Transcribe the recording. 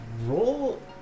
roll